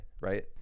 right